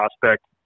prospect